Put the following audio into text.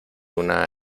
una